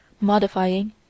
modifying